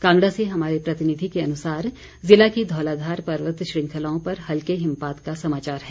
कांगड़ा से हमारे प्रतिनिधि के अनुसार ज़िला की धौलाधार पर्वत श्रृंखलाओं पर हल्के हिमपात का समाचार है